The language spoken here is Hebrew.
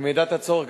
במידת הצורך,